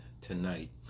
tonight